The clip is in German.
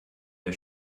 der